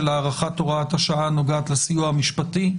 הארכת הוראת השעה הנוגעת לסיוע המשפטי.